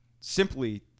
simply